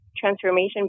transformation